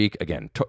again